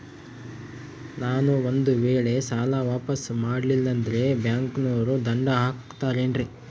ನಾನು ಒಂದು ವೇಳೆ ಸಾಲ ವಾಪಾಸ್ಸು ಮಾಡಲಿಲ್ಲಂದ್ರೆ ಬ್ಯಾಂಕನೋರು ದಂಡ ಹಾಕತ್ತಾರೇನ್ರಿ?